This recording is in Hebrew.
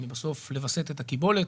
היא לווסת את הקיבולת.